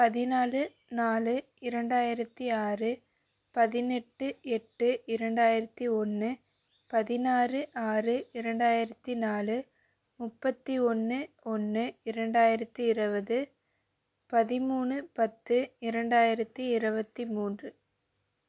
பதினாலு நாலு இரண்டாயிரத்தி ஆறு பதினெட்டு எட்டு இரண்டாயிரத்தி ஒன்று பதினாறு ஆறு இரண்டாயிரத்தி நாலு முப்பத்தி ஒன்று ஒன்று இரண்டாயிரத்தி இருபது பதிமூணு பத்து இரண்டாயிரத்தி இருபத்தி மூன்று